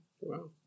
Wow